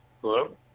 Hello